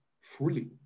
Fully